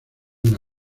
una